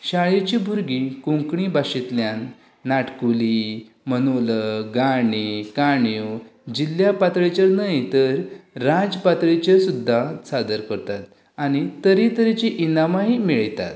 शाळेंची भुरगीं कोंकणी भाशेंतल्यान नाटकुलीं मॉनोलोग गाणी काणयो जिल्ल्या पातळेचेर न्हय तर राज्य पातळेचेर सुद्दां सादर करतात आनी तरेतरेचीं इनामांय मेळयतात